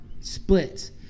splits